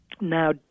Now